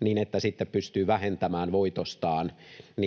niin, että pystyy sitten vähentämään voitostaan